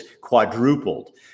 quadrupled